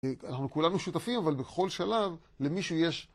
אנחנו כולנו שותפים, אבל בכל שלב למישהו יש...